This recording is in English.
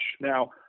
now